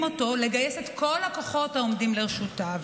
אותו לגייס את כל הכוחות העומדים לרשותו,